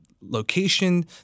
location